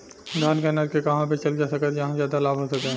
धान के अनाज के कहवा बेचल जा सकता जहाँ ज्यादा लाभ हो सके?